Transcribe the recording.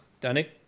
Danny